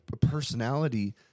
personality